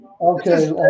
Okay